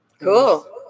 Cool